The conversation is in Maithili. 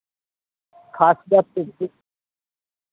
खास खास चीज